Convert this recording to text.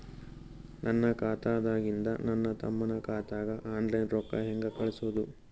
ನನ್ನ ಖಾತಾದಾಗಿಂದ ನನ್ನ ತಮ್ಮನ ಖಾತಾಗ ಆನ್ಲೈನ್ ರೊಕ್ಕ ಹೇಂಗ ಕಳಸೋದು?